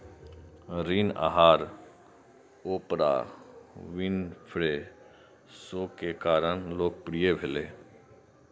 ऋण आहार Oprah Winfrey show के कारण लोकप्रिय भेलै